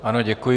Ano děkuji.